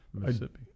Mississippi